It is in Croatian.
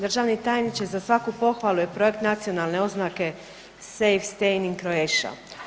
Državni tajniče, za svaku pohvalu je Projekt nacionalne oznake „Safe stay in Croatia“